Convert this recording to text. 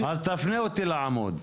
תפנה אותי לעמוד.